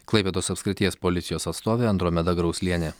klaipėdos apskrities policijos atstovė andromeda grauslienė